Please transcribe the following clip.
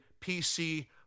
PC